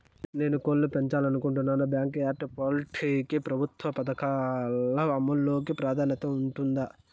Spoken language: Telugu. నేను కోళ్ళు పెంచాలనుకున్నపుడు, బ్యాంకు యార్డ్ పౌల్ట్రీ కి ప్రభుత్వ పథకాల అమలు లో ప్రాధాన్యత ఉంటుందా?